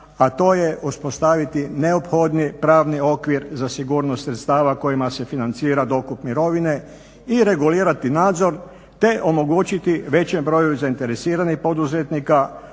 a to je uspostaviti neophodni pravni okvir za sigurnost sredstava kojima se financira dokup mirovine i regulirati nadzor te omogućiti većem broju zainteresiranih poduzetnika